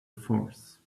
force